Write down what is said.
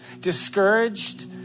discouraged